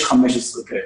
יש 15 כאלה.